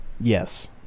Yes